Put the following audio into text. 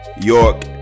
york